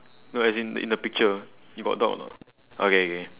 no as in in the picture you got dog or not okay okay